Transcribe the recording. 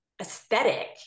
aesthetic